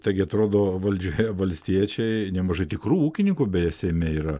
taigi atrodo valdžioje valstiečiai nemažai tikrų ūkininkų beje seime yra